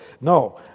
No